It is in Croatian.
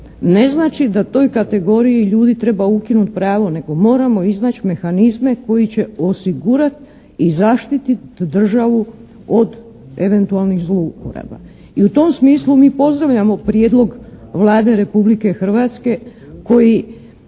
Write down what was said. ne znači da toj kategoriji ljudi treba ukinuti pravo nego moramo iznaći mehanizme koji će osigurati i zaštititi državu od eventualnih zlouporaba. I u tom smislu mi pozdravljamo prijedlog Vlade Republike Hrvatske koji